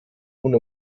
und